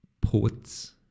poets